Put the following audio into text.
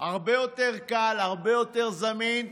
הרבה יותר קל, הרבה יותר זמין.